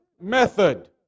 method